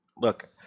Look